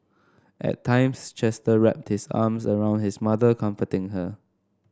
at times Chester wrapped his arms around his mother comforting her